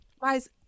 guys